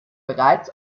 bereits